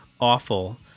awful